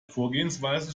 vorgehensweise